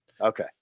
Okay